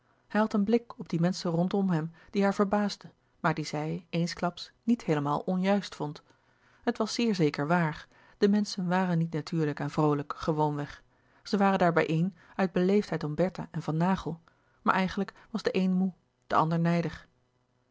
had een blik op die menschen rondom hem die haar verbaasde maar die zij eensklaps niet heelemaal onjuist vond het was zeer zeker waar de menschen waren niet natuurlijk en vroolijk gewoon-weg zij waren daar bijeen uit beleefdheid om bertha en van naghel maar eigenlijk was de een moê de ander nijdig